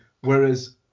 Whereas